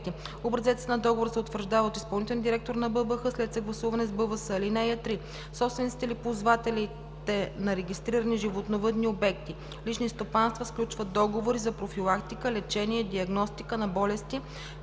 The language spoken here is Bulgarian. Образецът на договора се утвърждава от изпълнителния директор на БАБХ след съгласуване с БВС. (3) Собствениците или ползвателите на регистрирани животновъдни обекти – лични стопанства сключват договори за профилактика, лечение и диагностика на болести